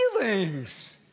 feelings